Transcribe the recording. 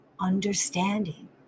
understanding